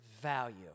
value